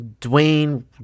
Dwayne